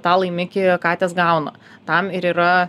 tą laimikį katės gauna tam ir yra